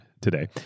today